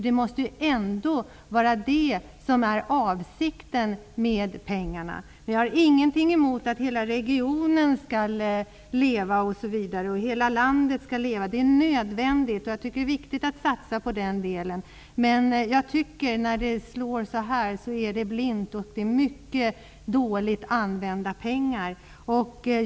Det måste ändå vara detta som var avsikten med pengarna. Jag har ingenting emot att hela regioner och hela landet skall leva, osv. Det är nödvändigt, och det är viktigt att satsa på den delen. Men när det slår så här blint är det mycket dåligt använda pengar.